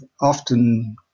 often